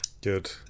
Good